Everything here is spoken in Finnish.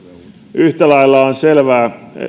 yhtä lailla on selvää